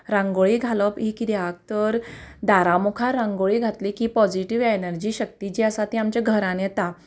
रांगोळी घालप ही कित्याक तर दारा मुखार रांगोळी घातली की पॉझिटिव्ह एनर्जी शक्ती जी आसा ती आमच्या घरांत येता